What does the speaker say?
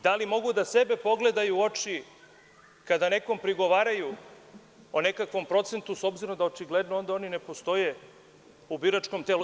Da li mogu sebe da pogledaju u oči kada nekome prigovaraju o nekakvom procentu, s obzirom da očigledno oni onda ne postoje u biračkom telu?